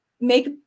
make